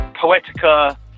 Poetica